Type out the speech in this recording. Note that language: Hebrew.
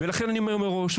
לכן אני אומר מראש,